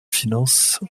finances